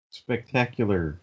spectacular